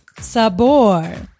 Sabor